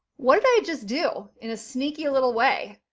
what did i just do, in a sneaky little way?